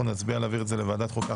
אנחנו נצביע להעביר את זה לוועדת החוקה,